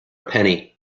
penny